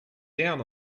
down